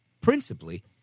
Principally